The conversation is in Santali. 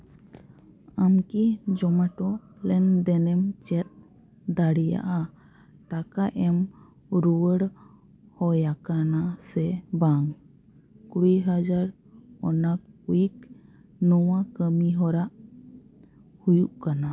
ᱟᱢ ᱠᱤ ᱡᱳᱢᱮᱴᱳ ᱞᱮᱱᱫᱮᱱᱮᱢ ᱪᱮᱫ ᱫᱟᱲᱮᱭᱟᱜᱼᱟ ᱴᱟᱠᱟ ᱮᱢ ᱨᱩᱣᱟᱹᱲ ᱦᱩᱭᱟᱠᱟᱱᱟ ᱥᱮ ᱵᱟᱝ ᱠᱩᱲᱤ ᱦᱟᱡᱟᱨ ᱚᱱᱟ ᱠᱩᱭᱤᱠ ᱱᱚᱣᱟ ᱠᱟᱹᱢᱤᱦᱚᱨᱟ ᱦᱩᱭᱩᱜ ᱠᱟᱱᱟ